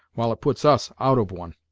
while it puts us out of one.